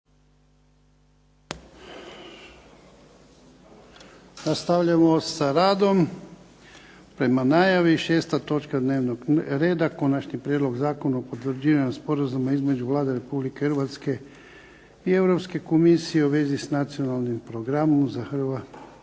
Nastavljamo sa radom. Prema najavi 6. točka dnevnog reda - Konačni prijedlog zakona o potvrđivanju Sporazuma između Vlade Republike Hrvatske i Europske komisije u vezi s Nacionalnim programom za Hrvatsku